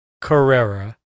Carrera